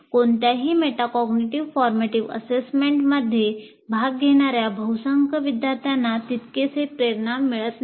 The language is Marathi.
कोणत्याही मेटाकॉग्निटिव्ह फॉर्मेटिव्ह असेसमेंटमध्ये भाग घेणार्या बहुसंख्य विद्यार्थ्यांना तितकीशी प्रेरणा मिळत नाही